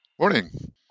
Morning